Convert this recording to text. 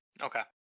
Okay